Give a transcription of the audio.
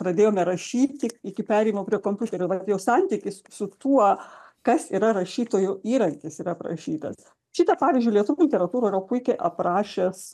pradėjome rašyti iki perėjimo prie kompiuterio vat jau santykis su tuo kas yra rašytojo įrankis yra aprašytas šitą pavyzdžiui lietuvių literatūroj yra puikiai aprašęs